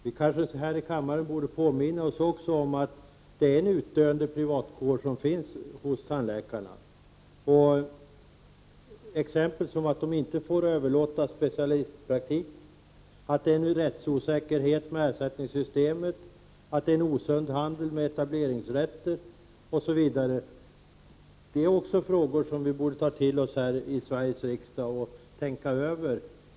Vi kanske här i kammaren också borde påminna oss om att de privatpraktiserande tandläkarna är en utdöende kår. Dessa tandläkare får t.ex. inte överlåta specialistpraktik, ersättningssystemet präglas av rättsosäkerhet, det förekommer en osund handel med etableringsrätter. Detta borde vi ta till oss här i Sveriges riksdag och tänka över.